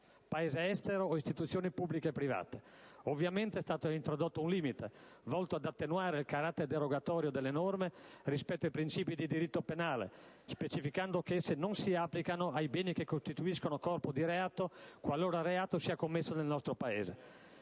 Paese estero o istituzioni pubbliche e private. Ovviamente è stato introdotto un limite, volto ad attenuare il carattere derogatorio delle norme rispetto ai principi di diritto penale, specificando che esse non si applicano ai beni che costituiscono corpo di reato qualora il reato sia commesso nel nostro Paese.